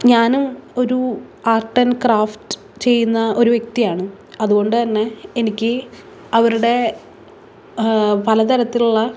ഞാനും ഒരു art and craft ചെയ്യുന്ന ഒരു വ്യക്തിയാണ് അതുകൊണ്ട് തന്നെ എനിക്ക് അവരുടെ പലതരത്തിലുള്ള